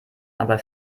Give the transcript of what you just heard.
aber